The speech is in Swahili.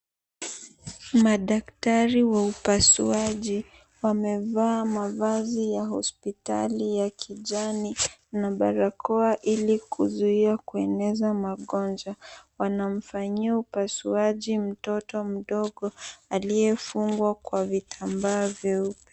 Madaktari wa upasuaji wamevaa mavazi ya hospitali ya kijani na barakoa ili kuzuia kueneza magonjwa. Wanamfanyia upasuaji mtoto mdogo aliyefungwa kwa vitambaa vyeupe.